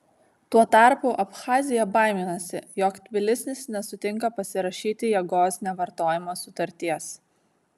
tuo tarpu abchazija baiminasi jog tbilisis nesutinka pasirašyti jėgos nevartojimo sutarties